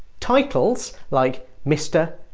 titles, like mister,